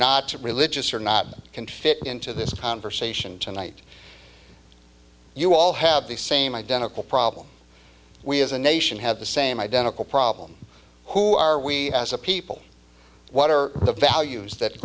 not religious or not can fit into this conversation tonight you all have the same identical problem we as a nation have the same identical problem who are we as a people what are the values that